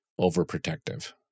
overprotective